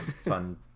fun